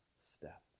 step